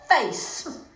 face